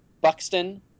Buxton